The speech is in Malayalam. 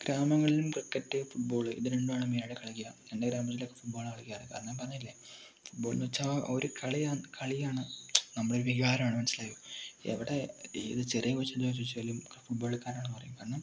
ഗ്രാമങ്ങളിലും ക്രിക്കറ്റ് ഫുട്ബോൾ ഇത് രണ്ടുമാണ് മെയിനായിട്ട് കളിക്കുക എൻ്റെ ഗ്രാമത്തിൽ ഫുട്ബോളാണ് കളിക്കാറ് കാരണം ഞാൻ പറഞ്ഞില്ലേ ഫുട്ബോള് എന്ന് വെച്ചാൽ ഒരു കളി കളിയാണ് നമ്മുടെ വികാരമാണ് മാസ്സിലായില്ലേ എവിടെ ഏത് ചെറിയ കൊച്ചിനോട് ചോദിച്ചാലും ഫുഡ്ബോളിക്കാരാന്ന് പറയും കാരണം